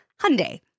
Hyundai